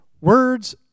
Words